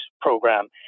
Program